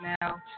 now